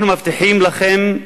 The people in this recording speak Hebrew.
אנחנו מבטיחים לכם,